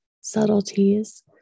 subtleties